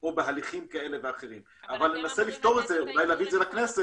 או בהליכים כאלה ואחרים אבל ננסה לפתור את זה ואולי נביא את זה לכנסת,